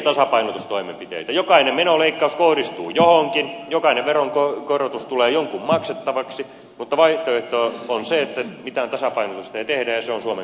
jokainen menoleikkaus kohdistuu johonkin jokainen veronkorotus tulee jonkun maksettavaksi mutta vaihtoehto on se että mitään tasapainotusta ei tehdä ja se on suomen kannalta huonompi vaihtoehto